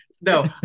no